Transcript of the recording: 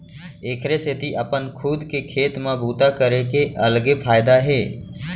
एखरे सेती अपन खुद के खेत म बूता करे के अलगे फायदा हे